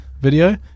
video